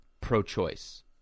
pro-choice